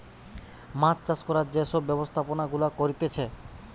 মাছ চাষ করার যে সব ব্যবস্থাপনা গুলা করতিছে